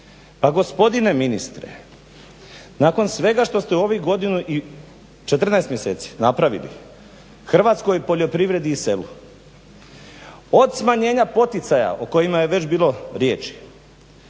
Pa gospodine ministre, nakon svega što ste u ovih godinu i 14 mjeseci napravili hrvatskoj poljoprivredi i selu, od smanjena poticaja o kojima je već bilo riječi,